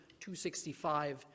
265